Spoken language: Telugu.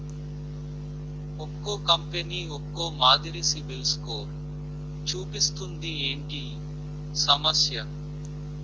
ఒక్కో కంపెనీ ఒక్కో మాదిరి సిబిల్ స్కోర్ చూపిస్తుంది ఏంటి ఈ సమస్య?